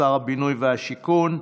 לשר הבינוי והשיכון.